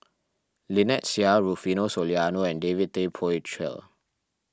Lynnette Seah Rufino Soliano and David Tay Poey Cher